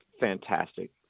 fantastic